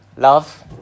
Love